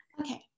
Okay